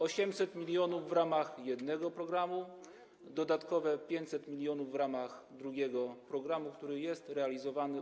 800 mln jest w ramach jednego programu, a dodatkowe 500 mln w ramach drugiego programu, który jest realizowany.